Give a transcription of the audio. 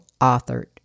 authored